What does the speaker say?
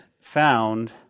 found